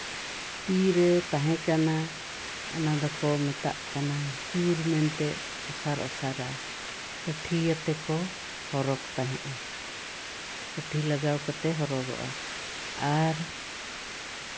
ᱛᱤ ᱨᱮ ᱛᱟᱦᱮᱸ ᱠᱟᱱᱟ ᱚᱱᱟ ᱫᱚᱠᱚ ᱢᱮᱛᱟᱜ ᱠᱟᱱᱟ ᱪᱩᱨ ᱢᱮᱱᱛᱮ ᱚᱥᱟᱨ ᱚᱥᱟᱨᱟᱜ ᱠᱟᱹᱴᱷᱤ ᱟᱛᱮ ᱠᱚ ᱦᱚᱨᱚᱜ ᱛᱟᱦᱮᱜᱼᱟ ᱠᱟᱹᱴᱷᱤ ᱞᱟᱜᱟᱣ ᱠᱟᱛᱮᱫ ᱦᱚᱨᱚᱜᱚᱜᱼᱟ ᱟᱨ